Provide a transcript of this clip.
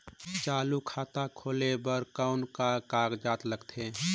चालू खाता खोले बर कौन का कागजात लगथे?